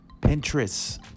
Pinterest